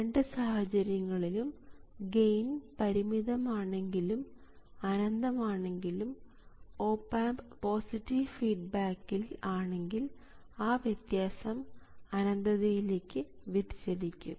രണ്ട് സാഹചര്യങ്ങളിലും ഗെയിൻ പരിമിതമാണെങ്കിലും അനന്തം ആണെങ്കിലും ഓപ് ആമ്പ് പോസിറ്റീവ് ഫീഡ്ബാക്കിൽ ആണെങ്കിൽ ആ വ്യത്യാസം അനന്തതയിലേക്ക് വ്യതിചലിക്കും